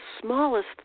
smallest